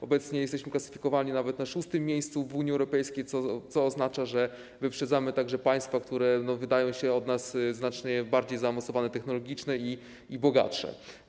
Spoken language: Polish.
Obecnie jesteśmy klasyfikowani nawet na szóstym miejscu w Unii Europejskiej, co oznacza, że wyprzedzamy także państwa, które wydają się od nas znacznie bardziej zaawansowane technologicznie i bogatsze.